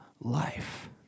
life